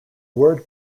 word